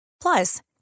Plus